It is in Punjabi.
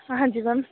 ਹਾਂਜੀ ਮੈਮ